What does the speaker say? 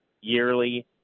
yearly